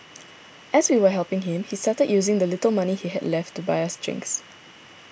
as we were helping him he started using the little money he had left to buy us drinks